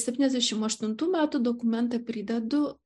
septyniasdešimt aštuntų metų dokumentą pridedu